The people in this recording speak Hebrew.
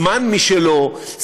זמן משלו,